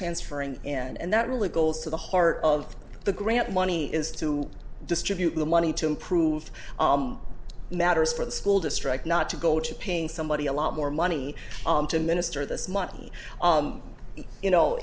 transferring and and that really goes to the heart of the grant money is to distribute the money to improve matters for the school district not to go to paying somebody a lot more money to minister this money you know